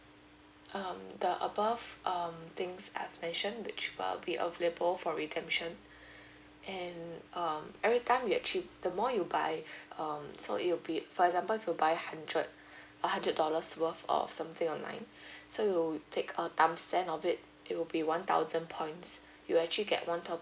um the above um things I've mentioned which will be available for redemption and um every time you actually the more you buy um so it will be for example if you buy hundred a hundred dollars worth of something online so we'll take a thumb stand of it it will be one thousand points you actually get one thousand